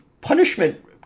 punishment